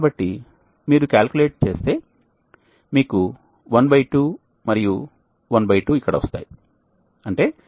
కాబట్టి మీరు క్యాలిక్యులేట్ చేస్తే మీకు 1 2 మరియు 1 2 ఇక్కడ వస్తాయి అంటే 0